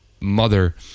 mother